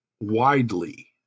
widely